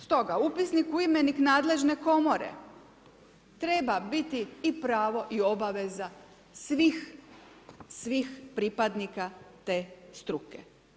Stoga upisnik u imenik nadležne Komore treba biti i pravo i obaveza svih pripadnika te struke.